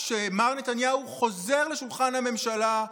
כשמר נתניהו חוזר לשולחן הממשלה,